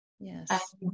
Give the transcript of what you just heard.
Yes